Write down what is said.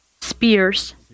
spears